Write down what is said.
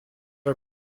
are